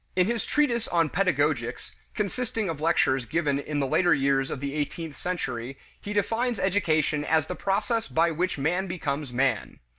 in his treatise on pedagogics, consisting of lectures given in the later years of the eighteenth century, he defines education as the process by which man becomes man.